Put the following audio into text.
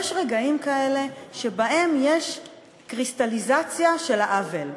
יש רגעים כאלה, שבהם יש קריסטליזציה של העוול.